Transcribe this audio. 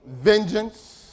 vengeance